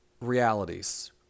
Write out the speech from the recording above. Realities